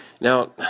Now